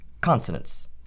consonants